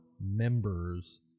members